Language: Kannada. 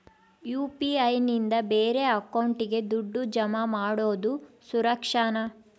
ಯು.ಪಿ.ಐ ನಿಂದ ಬೇರೆ ಅಕೌಂಟಿಗೆ ದುಡ್ಡು ಜಮಾ ಮಾಡೋದು ಸುರಕ್ಷಾನಾ?